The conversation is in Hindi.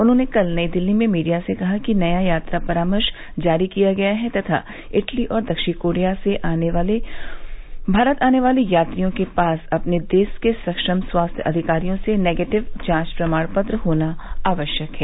उन्होंने कल नई दिल्ली में मेंडिया से कहा कि नया यात्रा परामर्श जारी किया गया है तथा इटली और दक्षिण कोरिया से भारत आने वाले यात्रियों के पास अपने देश के सक्षम स्वास्थ्य अधिकारियों से निगेटिव जांच प्रमाण पत्र होना आवश्यक है